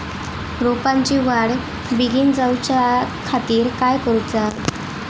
रोपाची वाढ बिगीन जाऊच्या खातीर काय करुचा?